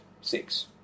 six